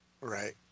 right